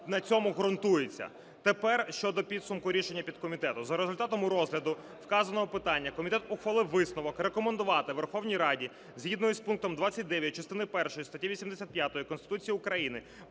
на цьому ґрунтується. Тепер щодо підсумку рішення підкомітету. За результатами розгляду вказаного питання комітет ухвалив висновок рекомендувати Верховній Раді згідно з пунктом 29 частини першої статті 85 Конституції України